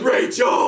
Rachel